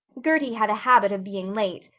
gertie had a habit of being late.